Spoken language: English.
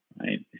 right